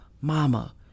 mama